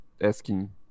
asking